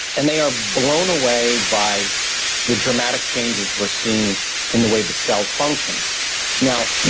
and they are blown away by the dramatic changes we're seeing in the way the cell functions now,